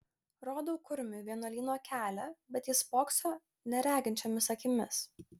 rodau kurmiui vienuolyno kelią bet jis spokso nereginčiomis akimis